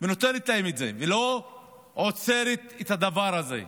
ונותנת להם את זה, ולא עוצרת את הדבר הזה ואומרת: